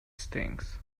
stinks